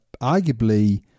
arguably